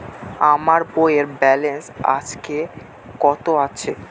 আমার বইয়ের ব্যালেন্স আজকে কত আছে?